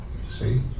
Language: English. see